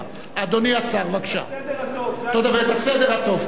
את הסדר הטוב, את הסדר הטוב, כן.